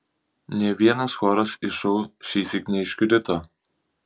nė vienas choras iš šou šįsyk neiškrito